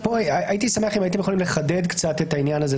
הייתי שמח אם הייתם יכולים לחדד קצת את העניין הזה.